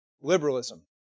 liberalism